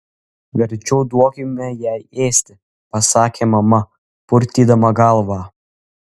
verčiau duokime jai ėsti pasakė mama purtydama galvą